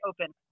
open